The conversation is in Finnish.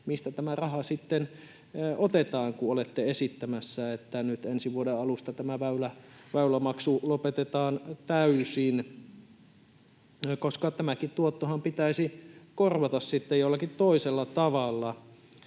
mistä tämä raha sitten otetaan, kun olette esittämässä, että nyt ensi vuoden alusta tämä väylämaksu lopetetaan täysin, koska tämäkin tuottohan pitäisi korvata sitten jollakin toisella tavalla.